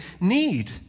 need